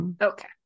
Okay